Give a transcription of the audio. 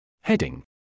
Heading